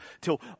till